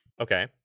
Okay